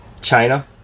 China